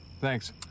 thanks